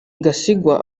gasigwa